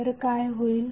तर काय होईल